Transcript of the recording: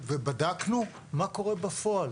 ובדקנו מה קורה בפועל